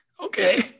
okay